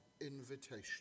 invitation